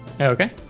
okay